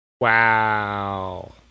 Wow